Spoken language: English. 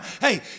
Hey